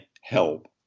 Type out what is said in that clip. help